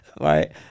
Right